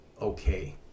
okay